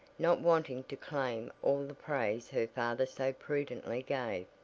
not wanting to claim all the praise her father so prudently gave.